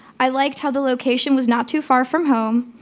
i liked how the location was not too far from home.